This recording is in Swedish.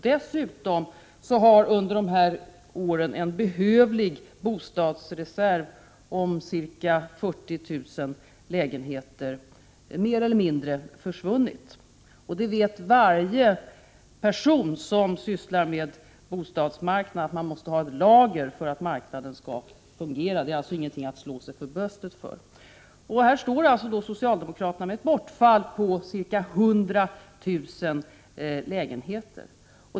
Dessutom har under de här åren en behövlig bostadsreserv om ca 40 000 lägenheter mer eller mindre försvunnit. Det vet varje person som sysslar med bostadsmarknaden, att man måste ha ett lager för att marknaden skall fungera. Socialdemokraterna har alltså ingenting att slå sig för bröstet för. Här står de med ett bortfall på ca 100 000 lägenheter.